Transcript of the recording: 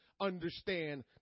understand